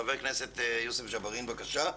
חבר הכנסת יוסף ג'בארין, בבקשה.